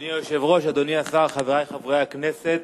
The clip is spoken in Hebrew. אדוני היושב-ראש, אדוני השר, חברי חברי הכנסת,